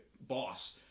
boss